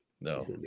No